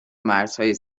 مرزهای